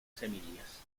semillas